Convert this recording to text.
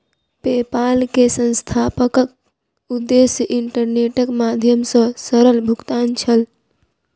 PayPal के संस्थापकक उद्देश्य इंटरनेटक माध्यम सॅ सरल भुगतान छल